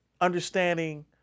understanding